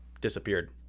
disappeared